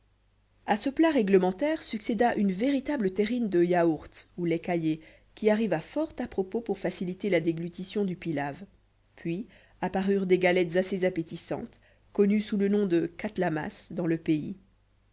a ce plat réglementaire succéda une véritable terrine de yaourtz ou lait caillé qui arriva fort à propos pour faciliter la déglutition du pilaw puis apparurent des galettes assez appétissantes connues sous le nom de katlamas dans le pays